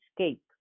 escape